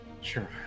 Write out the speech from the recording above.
Sure